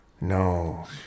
no